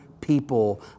people